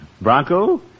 Bronco